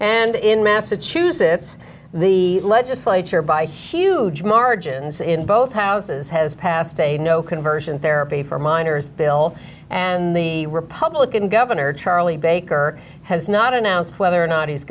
and in message who sits the legislature by huge margins in both houses has passed a no conversion therapy for minors bill and the republican governor charlie baker has not announced whether or not